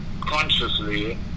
consciously